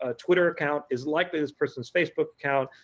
ah twitter account, is likely this person's facebook account,